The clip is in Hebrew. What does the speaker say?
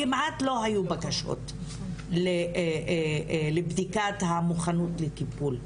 כמעט לא היו בקשות לבדיקת המוכנות לטיפול,